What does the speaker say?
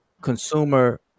consumer